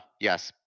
yes